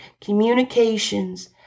communications